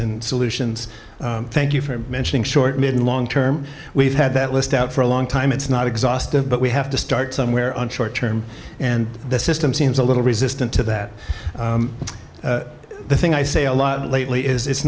and solutions thank you for mentioning short mid and long term we've had that list out for a long time it's not exhaustive but we have to start somewhere on short term and the system seems a little resistant to that the thing i say a lot lately is it's